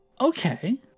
Okay